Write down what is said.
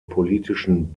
politischen